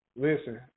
Listen